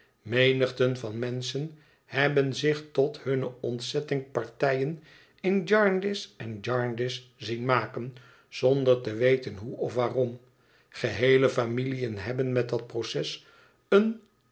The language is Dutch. menigten van menschen hebben zich tot hunne ontzetting partijen in jarndyce en jarndyce zien maken zonder te weten hoe of waarom geheele familiën hebben met dat proces een